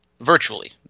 virtually